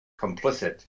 complicit